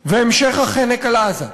והמשך החנק על עזה,